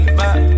back